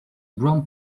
brown